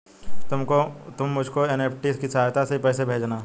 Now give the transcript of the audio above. तुम मुझको एन.ई.एफ.टी की सहायता से ही पैसे भेजना